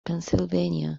pennsylvania